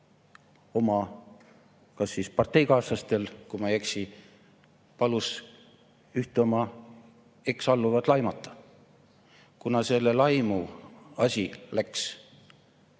et ta oma parteikaaslastel, kui ma ei eksi, palus ühte oma eksalluvat laimata. Kuna selle laimu asi läks